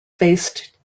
faced